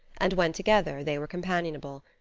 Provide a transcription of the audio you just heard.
and when together they were companionable.